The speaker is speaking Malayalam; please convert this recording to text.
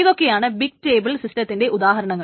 ഇതൊക്കെയാണ് ബിഗ് ടേബിൾ സിസ്റ്റത്തിന്റെ ഉദാഹരണങ്ങൾ